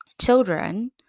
Children